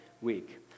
week